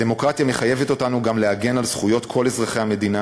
הדמוקרטיה מחייבת אותנו גם להגן על זכויות כל אזרחי המדינה,